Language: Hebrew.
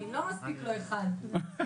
המצגת, אחרי